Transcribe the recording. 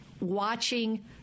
watching